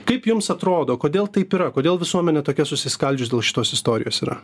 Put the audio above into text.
kaip jums atrodo kodėl taip yra kodėl visuomenė tokia susiskaldžiusi dėl šitos istorijos yra